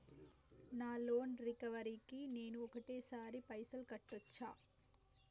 నా loan recovery కి నేను ఒకటేసరి పైసల్ కట్టొచ్చా?